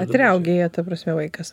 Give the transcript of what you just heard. atriaugėja ta prasme vaikas